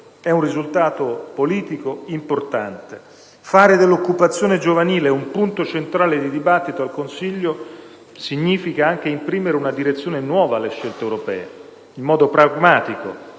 È un risultato politico importante. Fare dell'occupazione giovanile un punto centrale di dibattito al Consiglio significa anche imprimere una direzione nuova alle scelte europee, in modo pragmatico,